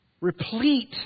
replete